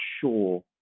sure